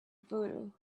voodoo